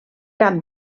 cap